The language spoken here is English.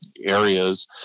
areas